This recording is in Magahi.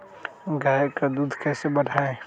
गाय का दूध कैसे बढ़ाये?